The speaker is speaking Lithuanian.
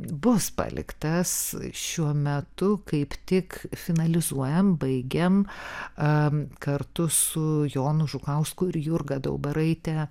bus paliktas šiuo metu kaip tik finalizuojam baigiam a kartu su jonu žukausku ir jurga daubaraite